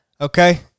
okay